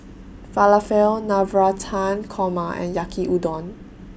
Falafel Navratan Korma and Yaki Udon